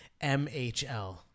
MHL